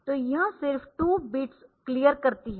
तो यह सिर्फ 2 बिट्स क्लियर करती है